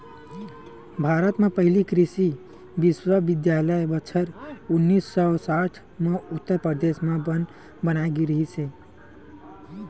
भारत म पहिली कृषि बिस्वबिद्यालय बछर उन्नीस सौ साठ म उत्तर परदेस म बनाए गिस हे